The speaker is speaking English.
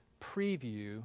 preview